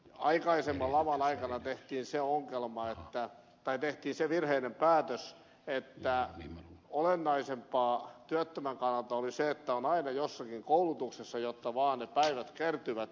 aikaisemman laman aikana tehtiin se virheellinen päätös että olennaisempaa työttömän kannalta oli se että on aina jossakin koulutuksessa jotta vaan ne päivät kertyvät